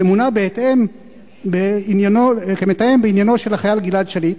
שמונה כמתאם בעניינו של החייל גלעד שליט,